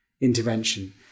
intervention